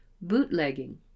Bootlegging